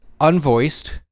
unvoiced